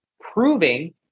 proving